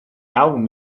album